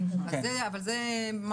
זה לא